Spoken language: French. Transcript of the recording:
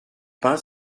pain